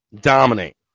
Dominate